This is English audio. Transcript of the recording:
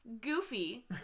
goofy